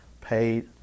paid